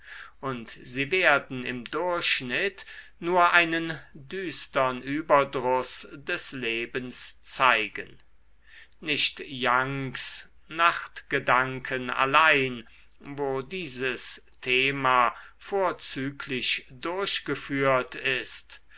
und sie werden im durchschnitt nur einen düstern überdruß des lebens zeigen nicht youngs nachtgedanken allein wo dieses thema vorzüglich durchgeführt ist